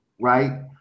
right